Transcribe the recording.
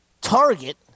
Target